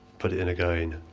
put it in again,